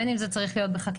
בין אם זה צריך להיות בחקיקה,